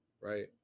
right